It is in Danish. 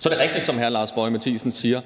Så er det rigtigt, som hr. Lars Boje Mathiesen siger,